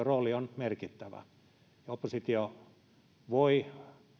rooli on merkittävä oppositio voi